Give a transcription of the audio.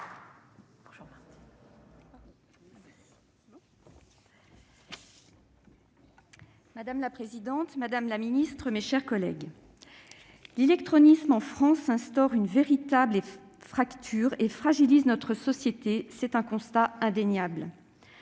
Madame la présidente, madame la secrétaire d'État, mes chers collègues, l'illectronisme en France cause une véritable fracture et fragilise notre société ; c'est un constat indéniable.